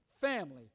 family